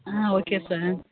ah okay sir